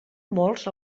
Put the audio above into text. molts